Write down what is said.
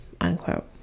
unquote